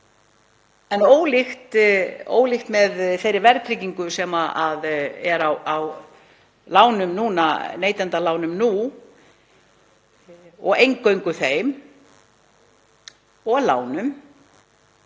en ólíkt þeirri verðtryggingu sem er á neytendalánum nú, og eingöngu þeim, og lánum,